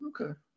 Okay